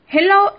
Hello